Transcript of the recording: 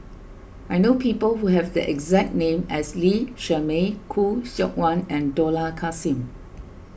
I know people who have the exact name as Lee Shermay Khoo Seok Wan and Dollah Kassim